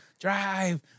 drive